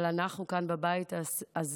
אבל אנחנו כאן, בבית הזה,